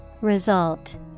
Result